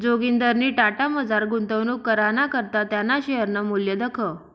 जोगिंदरनी टाटामझार गुंतवणूक कराना करता त्याना शेअरनं मूल्य दखं